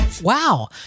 Wow